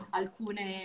alcune